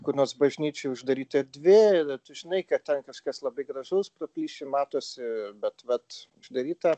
kur nors bažnyčioj uždaryta erdvė ir žinai kad ten kažkas labai gražaus pro plyšį matosi bet vat uždaryta